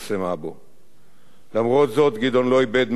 למרות זאת גדעון לא איבד מהחיוניות שאפיינה אותו.